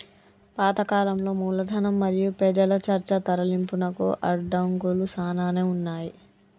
పాత కాలంలో మూలధనం మరియు పెజల చర్చ తరలింపునకు అడంకులు సానానే ఉన్నాయి